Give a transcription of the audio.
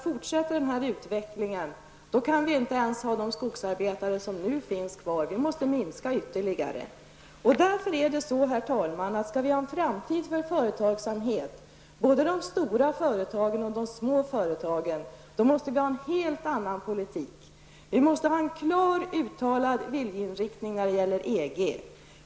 Fortsätter denna utveckling kan man inte ha kvar ens de skogsarbetare som man nu har. Man måste minska antalet ytterligare. Därför, herr talman, skall vi ha en framtid för företagsamheten, både de stora företagen och de små företagen, måste det föras en helt annan politik. Vi måste ha en klart uttalad viljeriktning när det gäller EG.